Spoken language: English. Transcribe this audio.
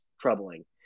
troubling